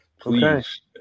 please